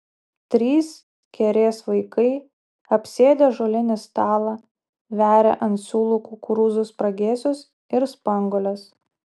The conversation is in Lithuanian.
trys kerės vaikai apsėdę ąžuolinį stalą veria ant siūlų kukurūzų spragėsius ir spanguoles